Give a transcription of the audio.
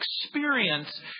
experience